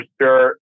shirt